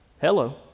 Hello